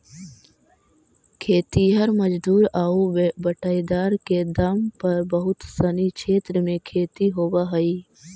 खेतिहर मजदूर आउ बटाईदार के दम पर बहुत सनी क्षेत्र में खेती होवऽ हइ